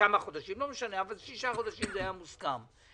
בכמה חודשים, שישה חודשים היה מוסכם.